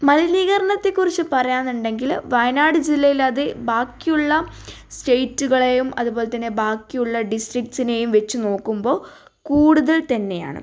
മലിനീകരണത്തെക്കുറിച്ച് പറയുകയാണെന്നുണ്ടെങ്കിൽ വയനാട് ജില്ലയിലത് ബാക്കിയുള്ള സ്റ്റേറ്റുകളെയും അതുപോലെത്തന്നെ ബാക്കിയുള്ള ഡിസ്ട്രിക്ട്സിനേയും വച്ച് നോക്കുമ്പോൾ കൂടുതൽ തന്നെയാണ്